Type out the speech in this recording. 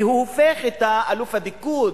כי הוא הופך את אלוף הפיקוד,